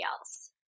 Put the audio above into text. else